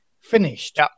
finished